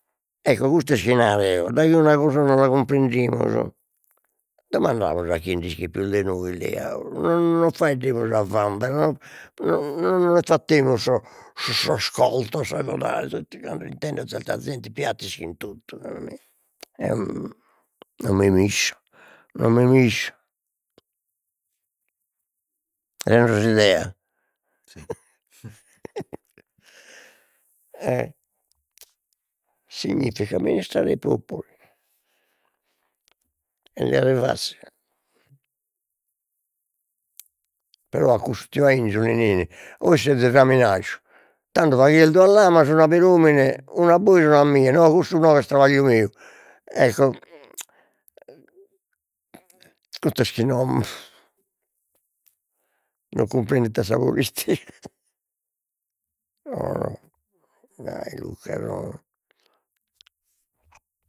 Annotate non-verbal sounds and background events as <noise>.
Ecco custu est chi naro eo, daghi una cosa non la cumprendimus dimandamus a chie nd'ischit pius de nois, dialu no no faeddemus a vanvera no no no los fattemus sos sos contos sas 'bodales <unintelligible> de l'intender zerta zente in piatta ischin totu, e eo <hesitation> non mi miscio, non mi miscio, <unintelligible> 'idea <laughs> e significa amministrare tutto est gasi fazzile, però a custu tiu 'ainzu li nein: 'ois sezis raminaju, tando faghides duas lamas una peromine una a bois e una a mie, no cussu no est trabagliu meu, ecco <hesitation> custu est chi non non cumprendo it'est sa polis <laughs> no no <unintelligible>